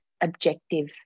objective